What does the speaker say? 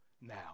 now